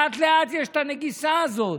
לאט-לאט יש את הנגיסה הזאת,